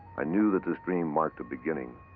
i knew that this dream marked a beginning,